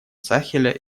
сахеля